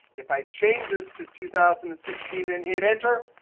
if i change this to two thousand and sixteen and hit enter,